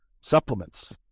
supplements